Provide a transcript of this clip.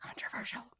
Controversial